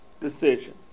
decision